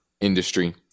industry